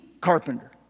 carpenter